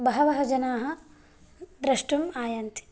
बहवः जनाः द्रष्टुम् आयान्ति